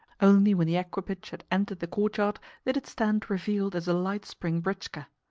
only when the equipage had entered the courtyard did it stand revealed as a light spring britchka.